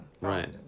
Right